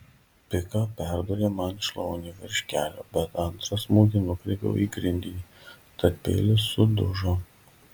pika perdūrė man šlaunį virš kelio bet antrą smūgį nukreipiau į grindinį tad peilis sudužo